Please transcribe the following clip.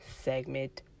segment